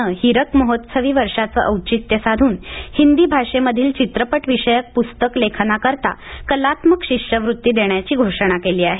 नं हीरकमहोत्सवी वर्षाचं औचित्य साधून हिंदी भाषेमधील चित्रपटविषयक प्स्तक लेखनाकरता कलात्मक शिष्यवृत्ती देण्याची घोषणा केली आहे